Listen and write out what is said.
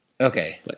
Okay